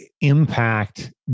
impact